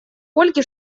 ольге